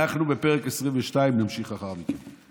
אנחנו בפרק 22. נמשיך לאחר מכן.